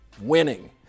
Winning